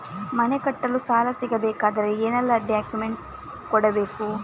ಮನೆ ಕಟ್ಟಲು ಸಾಲ ಸಿಗಬೇಕಾದರೆ ಏನೆಲ್ಲಾ ಡಾಕ್ಯುಮೆಂಟ್ಸ್ ಕೊಡಬೇಕಾಗುತ್ತದೆ?